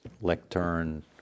lectern